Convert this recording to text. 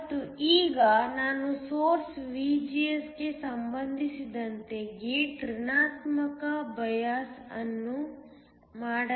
ಮತ್ತು ಈಗ ನಾನು ಸೋರ್ಸ್ VGS ಗೆ ಸಂಬಂಧಿಸಿದಂತೆ ಗೇಟ್ ಋಣಾತ್ಮಕ ಬಯಾಸ್ ಅನ್ನು ಮಾಡಲಿದ್ದೇನೆ